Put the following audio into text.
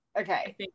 okay